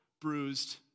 bruised